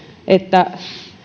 että